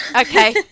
Okay